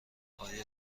آیا